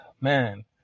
Man